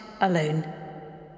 alone